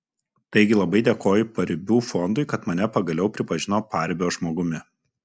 taigi labai dėkoju paribių fondui kad mane pagaliau pripažino paribio žmogumi